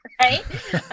right